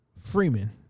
Freeman